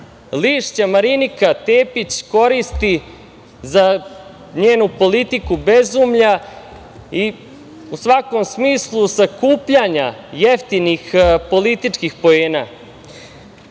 lišća Marinika Tepić koristi za njenu politiku bezumlja i svakom smislu sakupljanja jeftinih političkih poena. Možda